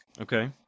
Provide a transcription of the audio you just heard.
Okay